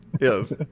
Yes